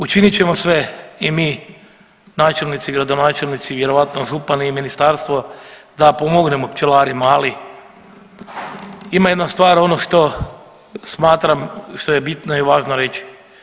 Učinit ćemo sve i mi načelnici, gradonačelnici vjerojatno župani i ministarstvo da pomognemo pčelarima, ali ima jedna stvar ono što smatram što je bitno i važno reći.